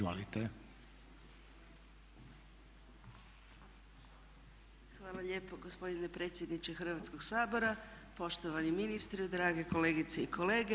Hvala lijepo gospodine predsjedniče Hrvatskoga sabora, poštovani ministre, drage kolegice i kolege.